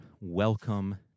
welcome